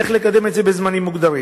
איך לקדם את זה בזמנים מוגדרים.